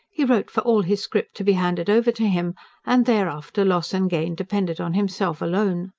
he wrote for all his scrip to be handed over to him and thereafter loss and gain depended on himself alone.